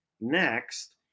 next